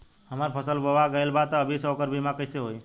हमार फसल बोवा गएल बा तब अभी से ओकर बीमा कइसे होई?